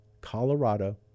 Colorado